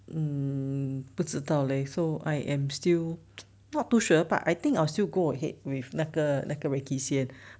mm 不知道 leh so I am still not too sure but I think I'll still go ahead with 那个那个 recce 先